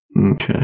Okay